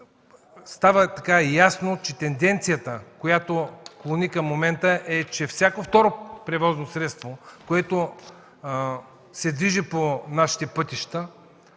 става ясно, че тенденцията, която клони към момента е, че всяко второ превозно средство, което се движи по нашите пътища,